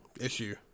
issue